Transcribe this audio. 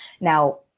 Now